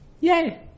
Yay